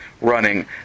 running